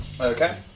Okay